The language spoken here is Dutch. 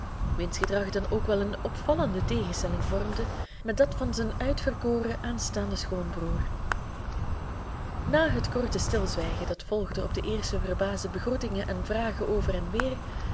wiens gedrag dan ook wel een opvallende tegenstelling vormde met dat van zijn uitverkoren aanstaanden schoonbroeder na het korte stilzwijgen dat volgde op de eerste verbaasde begroetingen en vragen over en weer